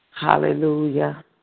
hallelujah